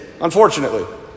unfortunately